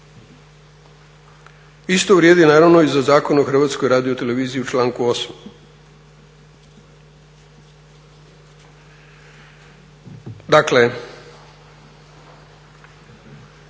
Isto vrijedi naravno i za Zakon o Hrvatskoj radioteleviziji u članku 8. Dakle